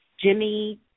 Jimmy